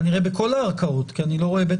כנראה בכל הערכאות כי אני לא רואה בית